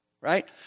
right